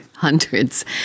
hundreds